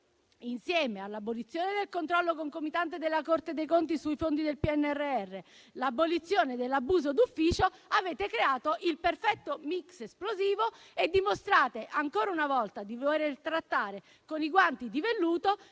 insieme all'abolizione del controllo concomitante della Corte dei conti sui fondi del PNRR e all'abolizione dell'abuso d'ufficio, avete creato il perfetto mix esplosivo e dimostrate ancora una volta di voler trattare con i guanti di velluto